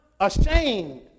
Ashamed